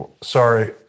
sorry